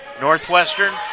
Northwestern